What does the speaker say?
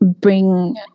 bring